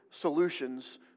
solutions